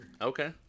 Okay